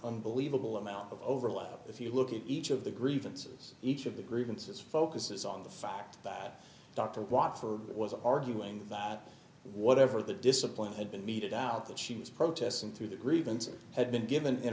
unbelievable amount of overlap if you look at each of the grievances each of the grievances focuses on the fact that dr watson was arguing that whatever the discipline had been meted out that she was protests and to the grievances had been given in